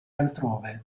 altrove